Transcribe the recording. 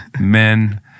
men